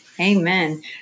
Amen